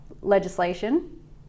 legislation